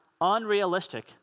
unrealistic